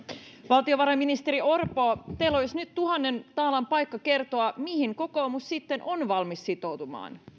valtiovarainministeri orpo teillä olisi nyt tuhannen taalan paikka kertoa mihin kokoomus sitten on valmis sitoutumaan